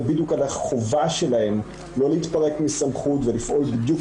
בדיוק על החובה שלהם לא להתפרק מסמכות ולפעול בדיוק